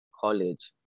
college